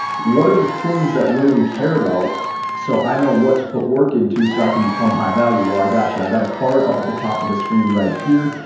what are the things that women care about so i know what to put work into so i can become high value? i got you. i got a card up at the top of the screen right here.